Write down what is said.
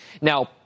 Now